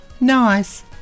Nice